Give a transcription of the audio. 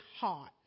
heart